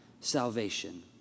salvation